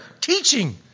teaching